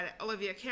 olivia